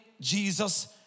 Jesus